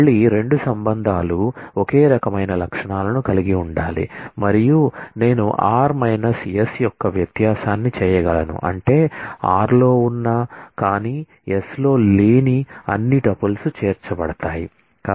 మళ్ళీ రెండు రిలేషన్లు ఒకే రకమైన అట్ట్రిబ్యూట్లను కలిగి ఉండాలి మరియు నేను r s యొక్క వ్యత్యాసాన్ని చేయగలను అంటే r లో ఉన్న కానీ s లో లేని అన్ని టుపుల్స్ చేర్చబడతాయి